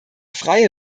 freie